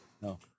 No